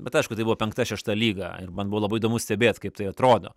bet aišku tai buvo penkta šešta lyga ir man buvo labai įdomu stebėt kaip tai atrodo